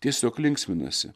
tiesiog linksminasi